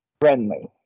friendly